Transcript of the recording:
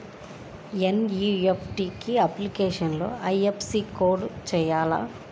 NEFT అప్లికేషన్లో IFSC code వేయాలా?